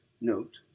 note